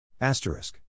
Asterisk